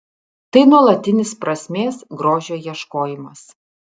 tai nuolatinis prasmės grožio ieškojimas